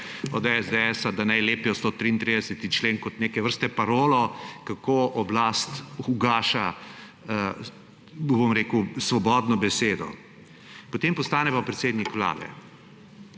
SDS, da naj lepijo 133. člen kot neke vrste parolo, kako oblast ugaša, bom rekel, svobodno besedo. Potem postane pa predsednik vlade.